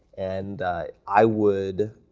and i would,